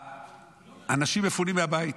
אנשים מפונים מהבית